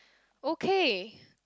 okay